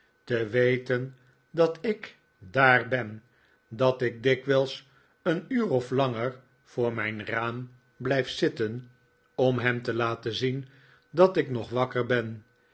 te weten dat ik daar ben dat ik dikwijls een uur of langer voor mijn raam blijf zitten om hem te laten zien dat ik nog wakker ben